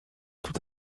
tout